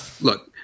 Look